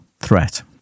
threat